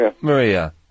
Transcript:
Maria